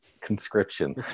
conscription